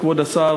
כבוד השר,